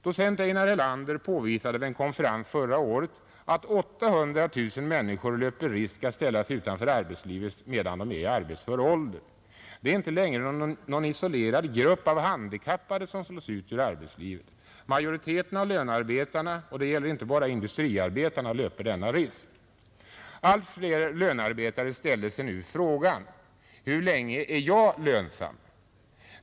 Docent Einar Helander påvisade vid en konferens förra året att 800 000 människor löper risk att ställas utanför arbetslivet medan de är i arbetsför ålder. Det är inte längre någon isolerad grupp av ”handikappade” som slås ut ur arbetslivet. Majoriteten av lönearbetarna — och det gäller inte bara industriarbetarna — löper denna risk. Allt fler lönearbetare ställer sig nu frågan: Hur länge är jag lönsam?